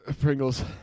Pringles